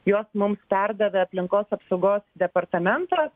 juos mums perdavė aplinkos apsaugos departamentas